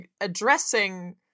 addressing